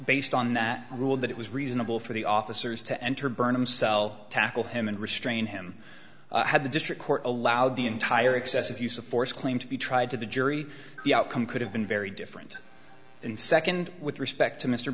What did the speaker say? based on that ruled that it was reasonable for the officers to enter burnham cell tackle him and restrain him had the district court allowed the entire excessive use of force claim to be tried to the jury the outcome could have been very different and nd with respect to mr